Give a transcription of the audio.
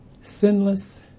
sinless